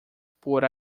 por